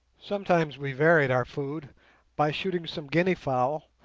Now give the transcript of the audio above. sometimes we varied our food by shooting some guinea-fowl,